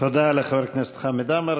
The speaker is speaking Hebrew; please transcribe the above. תודה לחבר הכנסת חמד עמאר.